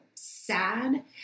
sad